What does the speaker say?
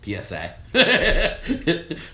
PSA